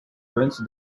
runs